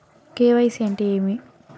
KYC అంటే ఏమి?